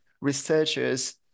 researchers